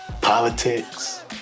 politics